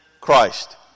Christ